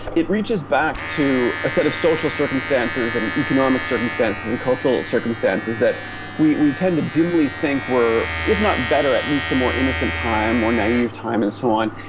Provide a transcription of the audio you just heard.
it reaches back to the set of social circumstances and economic circumstances and cultural circumstances that we we tend to dimly think were if not better, at least a more innocent time or naive time and so on,